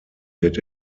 wird